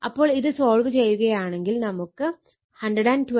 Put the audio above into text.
അപ്പോൾ ഇത് സോൾവ് ചെയ്യുകയാണെങ്കിൽ നമുക്ക് 120